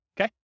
Okay